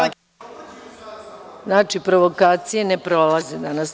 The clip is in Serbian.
Znači, provokacije ne prolaze danas.